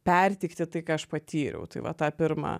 perteikti tai ką aš patyriau tai va tą pirmą